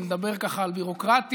ונדבר על ביורוקרטיה.